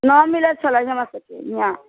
न मिलै छलै हमरासबके हियाँ